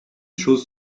choses